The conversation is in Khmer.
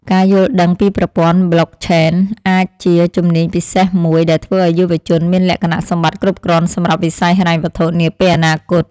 ការយល់ដឹងពីប្រព័ន្ធប្លុកឆេនអាចជាជំនាញពិសេសមួយដែលធ្វើឱ្យយុវជនមានលក្ខណៈសម្បត្តិគ្រប់គ្រាន់សម្រាប់វិស័យហិរញ្ញវត្ថុនាពេលអនាគត។